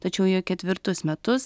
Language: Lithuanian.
tačiau jau ketvirtus metus